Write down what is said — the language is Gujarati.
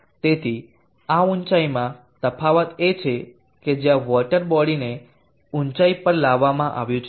તેથી આ ઊંચાઇમાં તફાવત એ છે કે જ્યાં વોટર બોડી ને ઉચાઇ પર લાવવામાં આવ્યું છે